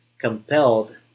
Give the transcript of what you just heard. compelled